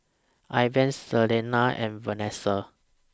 Ivah Selena and Venessa